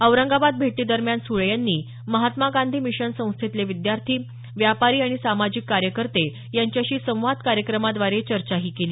औरंगाबाद भेटीदरम्यान सुळे यांनी महात्मा गांधी मिशन संस्थेतले विद्यार्थी व्यापारी आणि सामाजिक कार्यकर्ते यांच्याशी संवाद कार्यक्रमाद्वारे चर्चाही केली